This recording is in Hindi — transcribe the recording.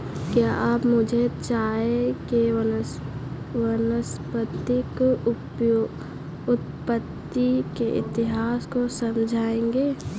क्या आप मुझे चाय के वानस्पतिक उत्पत्ति के इतिहास को समझाएंगे?